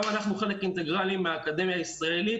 גם אנחנו חלק אינטגרלי מהאקדמיה הישראלית